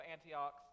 Antioch